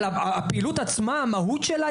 או עובדים זרים,